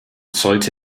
sollte